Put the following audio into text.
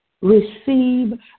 receive